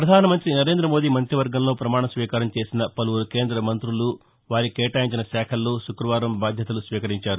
ప్రధానమంత్రి నరేంద్ర మోదీ మంతి వర్గంలో ప్రమాణ స్వీకారం చేసిన పలువురు కేంద్ర మంతులు వారికి కేటాయించిన శాఖల్లో శుక్రవారం బాధ్యతలు స్వీకరించారు